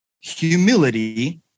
humility